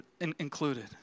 included